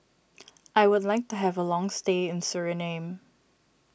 I would like to have a long stay in Suriname